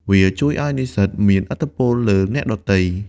វាជួយឱ្យនិស្សិតមានឥទ្ធិពលលើអ្នកដទៃ។